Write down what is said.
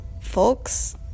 folks